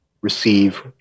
receive